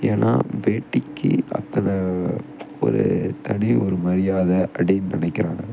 ஏன்னா வேட்டிக்கு அத்தனை ஒரு தனி ஒரு மரியாதை அப்படின்னு நினைக்கிறானுங்க